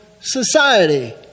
society